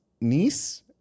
niece